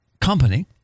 company